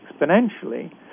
exponentially